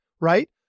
right